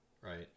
Right